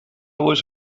was